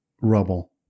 rubble